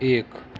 एक